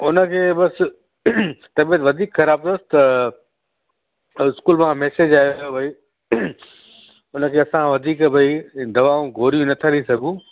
उनखे बसि तबियतु वधीक ख़राब अथसि त स्कूल मां मेसेज आयो भई उनखे असां वधीक भई दवाऊं गोरियूं नथा ॾई सघूं